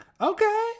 Okay